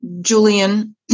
Julian